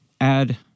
add